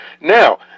Now